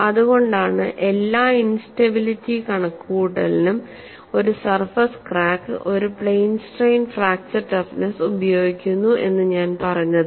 അതുകൊണ്ടാണ് എല്ലാ ഇൻസ്റ്റബിലിറ്റി കണക്കുകൂട്ടലിനും ഒരു സർഫസ് ക്രാക്ക് ഒരു പ്ലെയിൻ സ്ട്രെയിൻ ഫ്രാക്ചർ ടഫ്നെസ്സ് ഉപയോഗിക്കുന്നു എന്ന് ഞാൻ പറഞ്ഞത്